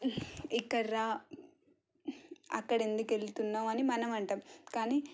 ఇక్కడ రా అక్కడ ఎందుకు వెళుతున్నావు అని మనం అంటాము కానీ